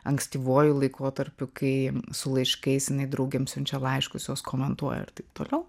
ankstyvuoju laikotarpiu kai su laiškais jinai draugėm siunčia laiškus jos komentuoja ir taip toliau